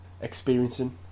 experiencing